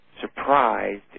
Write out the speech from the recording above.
surprised